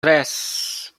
tres